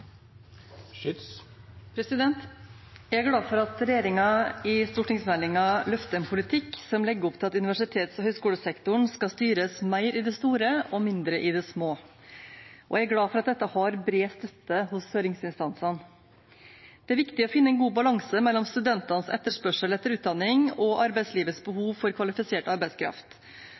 til. Jeg er glad for at regjeringen i stortingsmeldingen løfter en politikk som legger opp til at universitets- og høyskolesektoren skal styres mer i det store og mindre i det små. Jeg er glad for at dette har bred støtte hos høringsinstansene. Det er viktig å finne en god balanse mellom studentenes etterspørsel etter utdanning og arbeidslivets behov for kvalifisert arbeidskraft.